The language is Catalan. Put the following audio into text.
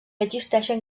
existeixen